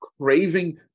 craving